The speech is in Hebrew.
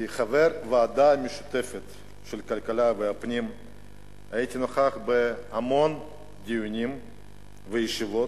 כחבר הוועדה המשותפת של כלכלה ופנים הייתי נוכח בהמון דיונים וישיבות,